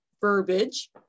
verbiage